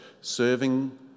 serving